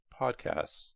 podcasts